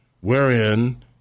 wherein